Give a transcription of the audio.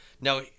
Now